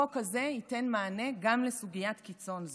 החוק ייתן מענה גם לסוגיית קיצון זו.